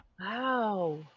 wow